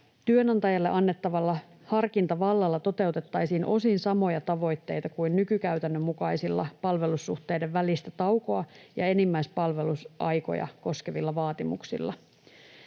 Työnantajalle annettavalla harkintavallalla toteutettaisiin osin samoja tavoitteita kuin nykykäytännön mukaisilla palvelussuhteiden välistä taukoa ja enimmäispalvelusaikoja koskevilla vaatimuksilla.